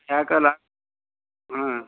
ಯಾಕೆ ಹಾಂ